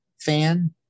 fan